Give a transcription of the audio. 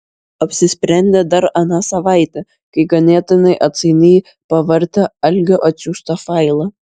apsisprendė dar aną savaitę kai ganėtinai atsainiai pavartė algio atsiųstą failą